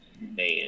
man